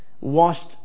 washed